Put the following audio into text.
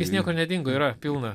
jis niekur nedingo yra pilna